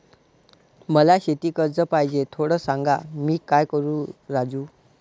मला शेती कर्ज पाहिजे, थोडं सांग, मी काय करू राजू?